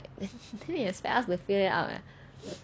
then he expect us to fill it out leh